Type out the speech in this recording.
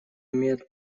имеет